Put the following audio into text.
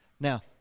Now